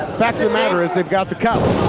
fact of the matter is they got the cup.